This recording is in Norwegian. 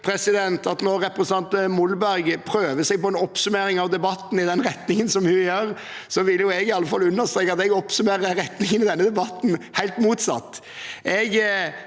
Når representanten Molberg prøver seg på en oppsummering av debatten i den retningen som hun gjør, vil jeg i hvert fall understreke at jeg oppsummerer retningen i denne debatten helt motsatt.